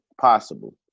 possible